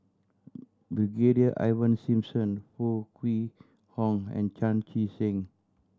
Brigadier Ivan Simson Foo Kwee Horng and Chan Chee Seng